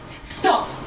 Stop